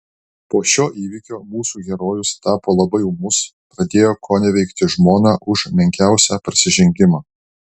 po šio įvykio mūsų herojus tapo labai ūmus pradėjo koneveikti žmoną už menkiausią prasižengimą